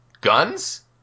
guns